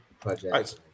project